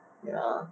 ya